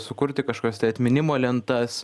sukurti kažkokias tai atminimo lentas